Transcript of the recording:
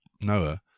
Noah